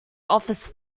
office